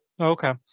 okay